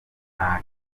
nta